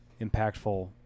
impactful